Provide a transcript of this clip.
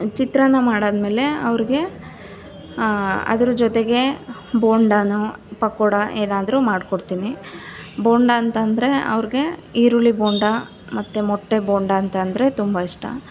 ಚಿತ್ರಾನ್ನ ಮಾಡಾದಮೇಲೆ ಅವ್ರಿಗೆ ಅದ್ರ ಜೊತೆಗೆ ಬೋಂಡನೋ ಪಕೋಡ ಏನಾದರೂ ಮಾಡ್ಕೊಡ್ತೀನಿ ಬೋಂಡ ಅಂತಂದ್ರೆ ಅವ್ರಿಗೆ ಈರುಳ್ಳಿ ಬೋಂಡ ಮತ್ತೆ ಮೊಟ್ಟೆ ಬೋಂಡ ಅಂತಂದ್ರೆ ತುಂಬ ಇಷ್ಟ